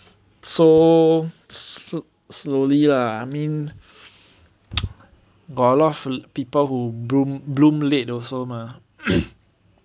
so slowly lah I mean got a lot off people who bloom bloom late also mah